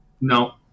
No